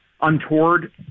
untoward